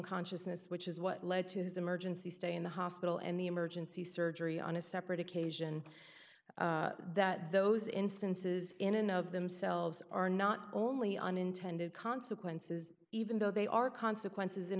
unconsciousness which is what led to his emergency stay in the hospital and the emergency surgery on a separate occasion that those instances in and of themselves are not only unintended consequences even though they are consequences